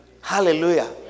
Hallelujah